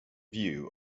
view